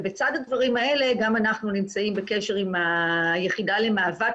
ובצד הדברים האלה אנחנו גם נמצאים בקשר עם היחידה למאבק